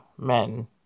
men